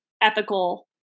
ethical